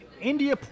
India